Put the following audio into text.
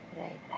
Right